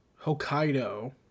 Hokkaido